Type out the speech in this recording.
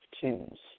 tunes